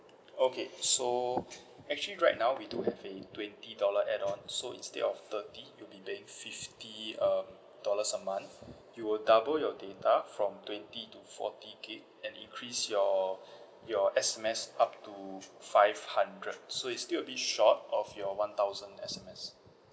okay so actually right now we do have a twenty dollar add on so instead of thirty you'll be paying fifty um dollars a month you will double your data from twenty to forty gig and increase your your S_M_S up to five hundred so it's still will be short of your one thousand S_M_S